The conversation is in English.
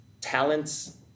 talents